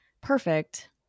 perfect